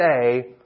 say